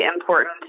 important